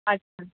अच्छा